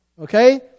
okay